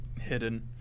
hidden